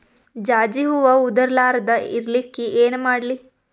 ಜಾಜಿ ಹೂವ ಉದರ್ ಲಾರದ ಇರಲಿಕ್ಕಿ ಏನ ಮಾಡ್ಲಿ?